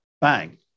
Bang